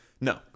No